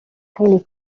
خیلی